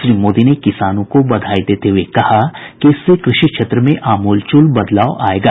श्री मोदी ने किसानों को बधाई देते हुए कहा कि इससे क्रषि क्षेत्र में आमूलचूल बदलाव आएगा